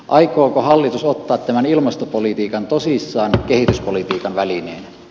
aikooko hallitus ottaa tämän ilmastopolitiikan tosissaan kehityspolitiikan välineenä